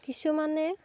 কিছুমানে